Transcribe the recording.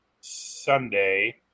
Sunday